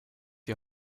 die